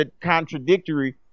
contradictory